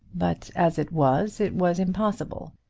but as it was it was impossible.